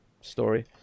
story